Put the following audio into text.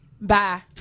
bye